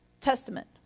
Testament